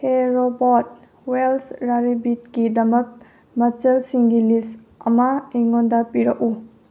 ꯍꯦ ꯔꯣꯕꯣꯠ ꯋꯦꯜꯁ ꯔꯥꯔꯤꯕꯤꯠꯀꯤꯗꯃꯛ ꯃꯆꯜꯁꯤꯡꯒꯤ ꯂꯤꯁ ꯑꯃ ꯑꯩꯉꯣꯟꯗ ꯄꯤꯔꯛꯎ